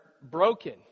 broken